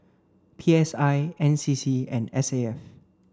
P S I N C C and S A F